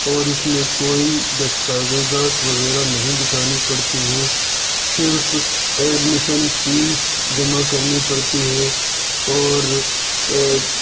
اور اُس میں کوئی دستاویزات وغیرہ نہیں دکھانی پڑتی ہیں صرف ایڈمیشن فیس جمع کرنی پڑتی ہے اور